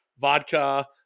vodka